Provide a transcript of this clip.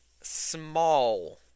small